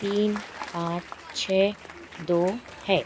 तीन पाँच छः दो है